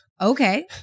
Okay